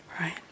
right